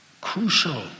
crucial